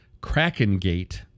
Krakengate